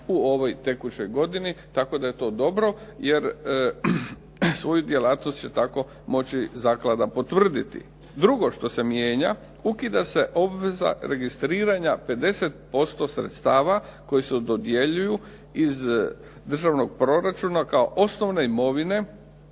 u ovoj tekućoj godini. Tako da je to dobro, jer svoju djelatnost će tako moći zaklada potvrditi. Drugo što se mijenja, ukida se obveza registriranja 50% sredstava koja se dodjeljuju iz državnog proračuna kao osnovne imovine